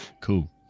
Cool